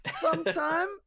sometime